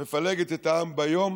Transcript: מפלגת את העם ביום